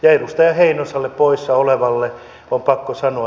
edustaja heinoselle poissa olevalle on pakko sanoa